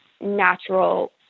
natural